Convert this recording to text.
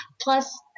plus